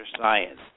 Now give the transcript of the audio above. Science